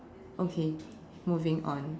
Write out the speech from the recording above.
okay moving on